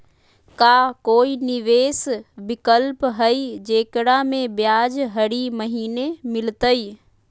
का कोई निवेस विकल्प हई, जेकरा में ब्याज हरी महीने मिलतई?